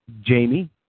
Jamie